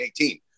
2018